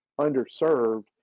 underserved